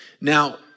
Now